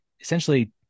essentially